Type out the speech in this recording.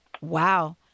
Wow